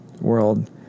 world